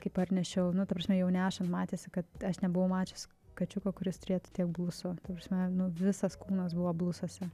kai parnešiau nu ta prasme jau nešant matėsi kad aš nebuvau mačius kačiuko kuris turėtų tiek blusų ta prasme nu visas kūnas buvo blusose